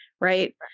Right